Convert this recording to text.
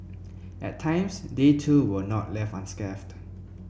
at times they too were not left unscathed